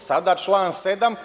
Sada član 107.